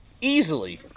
easily